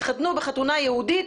התחתנו בחתונה יהודית.